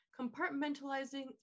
compartmentalizing